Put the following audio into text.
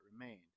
remained